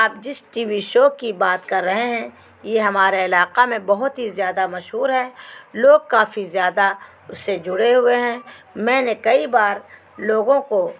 آپ جس TV show شو کی بات کر رہے ہیں یہ ہمارے علاقہ میں بہت ہی زیادہ مشہور ہے لوگ کافی زیادہ اس سے جڑے ہوئے ہیں میں نے کئی بار لوگوں کو